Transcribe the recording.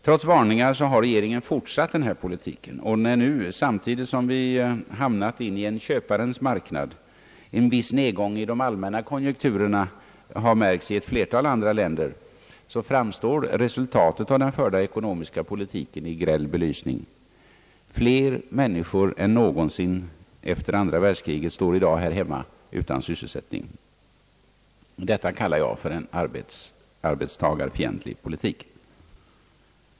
Trots varningar har regeringen fortsatt denna politik, och när nu, samtidigt som vi hamnat i en köparens marknad, en viss nedgång i de allmänna konjunkturerna har märkts i ett flertal andra länder, framstår resultatet av den förda ekonomiska politiken i gräll belysning: Fler människor än någonsin efter andra världskriget står i dag här hemma utan sysselsättning. Detta kallar jag en arbetstagarfientlig politik.